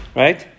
right